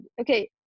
Okay